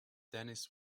dennis